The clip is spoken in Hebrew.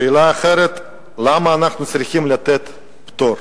שאלה אחרת, למה אנחנו צריכים לתת פטור.